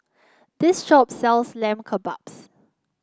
this shop sells Lamb Kebabs